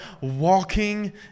walking